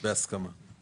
בהסכמה.